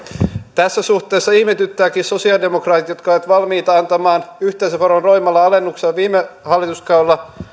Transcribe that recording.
tässä suhteessa ihmetyttävätkin sosialidemokraatit jotka olivat valmiita antamaan yhteisöveron roimalla alennuksella viime hallituskaudella